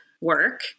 work